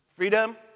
Freedom